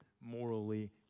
morally